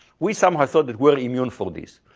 we somehow thought that we're immune for this.